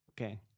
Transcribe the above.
Okay